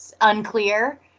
unclear